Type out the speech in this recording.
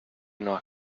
not